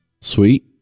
Sweet